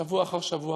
שבוע אחר שבוע,